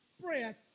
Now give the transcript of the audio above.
breath